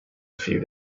few